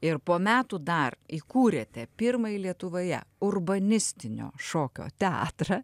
ir po metų dar įkūrėte pirmąjį lietuvoje urbanistinio šokio teatrą